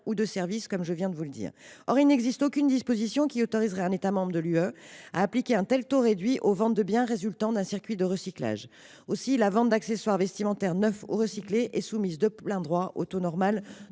certaines catégories de biens ou de services. Or il n’existe aucune disposition autorisant un État membre de l’Union européenne à appliquer un tel taux réduit aux ventes de biens résultant d’un circuit de recyclage. Aussi la vente d’accessoires vestimentaires neufs ou recyclés est elle soumise de plein droit au taux normal de